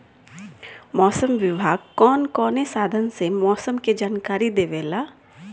मौसम विभाग कौन कौने साधन से मोसम के जानकारी देवेला?